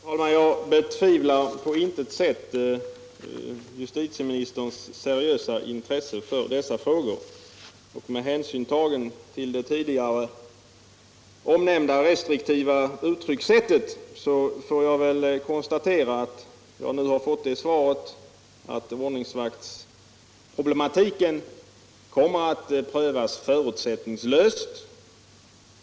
Herr talman! Jag betvivlar på intet sätt justitieministerns seriösa intresse för dessa frågor, och med hänsyn till det tidigare omnämnda restriktiva uttryckssättet får jag konstatera alt jag nu fått det svaret att ordningsvaktsproblematiken kommer att prövas förutsättningslöst.